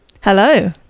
Hello